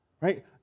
right